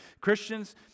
Christians